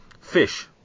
Fish